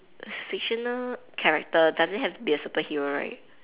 fictional character doesn't have to be a superhero right